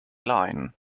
line